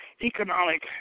economic